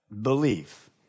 belief